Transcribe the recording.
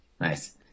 Nice